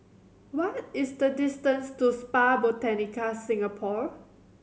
what is the distance to Spa Botanica Singapore